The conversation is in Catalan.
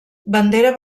bandera